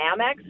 Amex